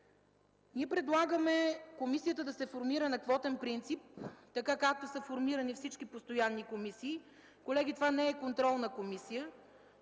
Ние предлагаме комисията да се формира на квотен принцип, така както са формирани всички постоянни комисии. Колеги, това не е контролна комисия.